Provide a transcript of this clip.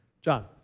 John